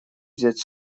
взять